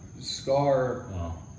scar